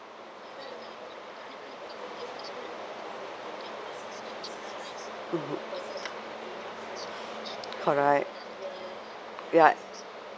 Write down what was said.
mmhmm correct ya